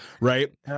right